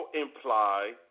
imply